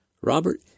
Robert